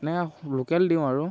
নে লোকেল দিওঁ আৰু